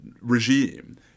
regime